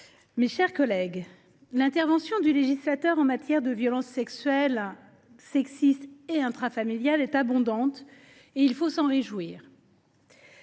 mes chers collègues, l’intervention du législateur en matière de violences sexuelles, sexistes (VSS) et intrafamiliales est abondante. Il faut s’en réjouir,